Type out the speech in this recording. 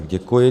Děkuji.